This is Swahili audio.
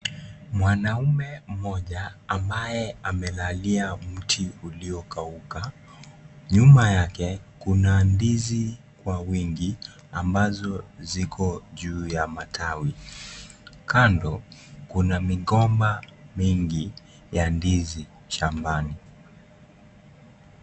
Mwanaume mmoja ambaye amelalia mtu uliokauka. Nyuma yake, kuna ndizi kwa wingi ambazo ziko juu ya matawi . Kando ,kuna migomba mingi ya ndizi shambani.